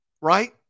Right